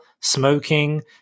smoking